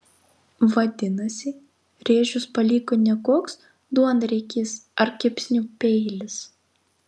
vadinasi rėžius paliko ne koks duonriekis ar kepsnių peilis